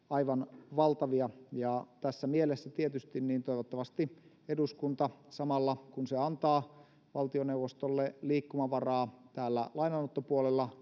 aivan valtavia ja tässä mielessä tietysti toivottavasti eduskunta samalla kun se antaa valtioneuvostolle liikkumavaraa täällä lainanottopuolella